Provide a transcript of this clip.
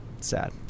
sad